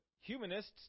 Humanists